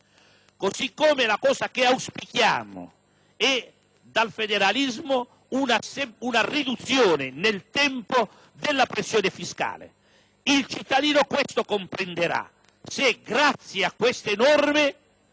fondamentali. Ciò che auspichiamo dal federalismo è anche una riduzione nel tempo della pressione fiscale. Il cittadino questo comprenderà se grazie a tale norme